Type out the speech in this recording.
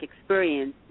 experience